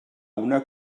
una